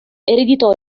ereditò